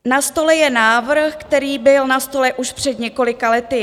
Na stole je návrh, který byl na stole už před několika lety.